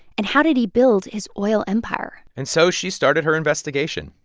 and how did he build his oil empire? and so she started her investigation.